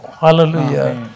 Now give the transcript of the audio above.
Hallelujah